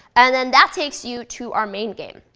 and then that takes you to our main game.